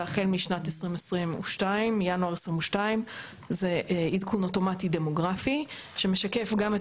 והחל מינואר 2022 זה עדכון אוטומטי דמוגרפי שמשקף גם את